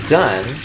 done